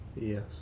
Yes